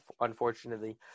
unfortunately